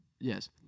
Yes